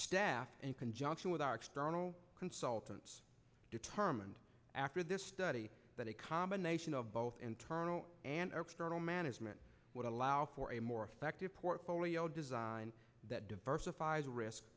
staff in conjunction with our external consultants determined after this study that a combination of both internal and external management would allow for a more effective portfolio design that diversifies risk